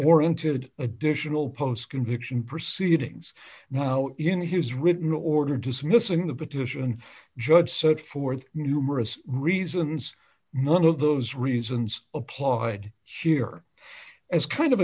warranted additional post conviction proceedings now in his written order dismissing the petition judge set forth numerous reasons none of those reasons applied sheer as kind of